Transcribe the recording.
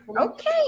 Okay